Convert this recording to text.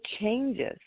changes